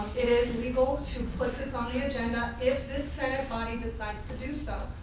is legal to put this on the agenda if this senate body decides to do so.